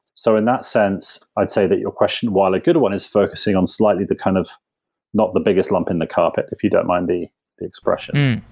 so in that sense, i'd say that your question while a good one is focusing on slightly the kind of not the biggest lump in the carpet, if you don't mind the expression.